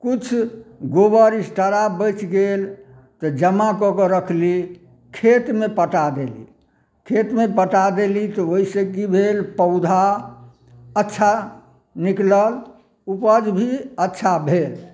किछु गोबर एक्स्ट्रा बचि गेल तऽ जमा कऽ कऽ रखली खेतमे पटा देली खेतमे पटा देली तऽ ओइसे की भेल पौधा अच्छा निकलल उपज भी अच्छा भेल